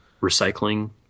recycling